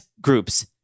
groups